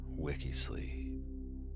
Wikisleep